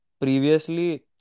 Previously